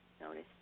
Notice